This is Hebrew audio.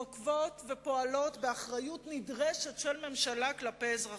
נוקטות ופועלות באחריות נדרשת של ממשלה כלפי אזרחיה,